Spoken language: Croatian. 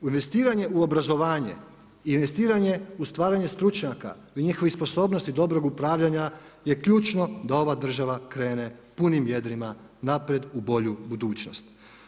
Investiranje u obrazovanje, investiranje u stvaranje stručnjaka i njihovih sposobnosti dobrog upravljanja je ključno da ova država krene punim jedrima naprijed, u bolju budućnost.